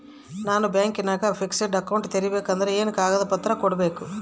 ನಾನು ಬ್ಯಾಂಕಿನಾಗ fixed account ತೆರಿಬೇಕಾದರೆ ಏನೇನು ಕಾಗದ ಪತ್ರ ಕೊಡ್ಬೇಕು?